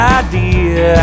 idea